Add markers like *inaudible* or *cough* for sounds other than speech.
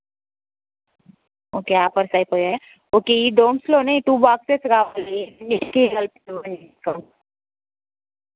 okay offers అయిపోయాయా okay ఈ డోమ్స్లోనే టూ బాక్సెస్ కావాలి అన్నిటికీ కలిపి *unintelligible*